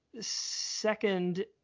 second